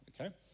okay